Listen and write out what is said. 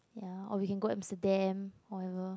ya or we can go Amsterdam whatever